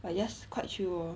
but just quite chill lor